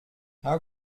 how